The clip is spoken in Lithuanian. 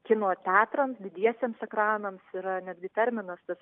kino teatrams didiesiems ekranams yra netgi terminas